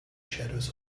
shadows